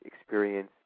experience